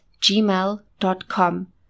gmail.com